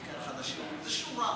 בעיקר חדשים, אומרים: זאת שורה.